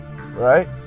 right